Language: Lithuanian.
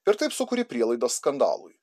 ir taip sukuri prielaidas skandalui